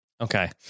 Okay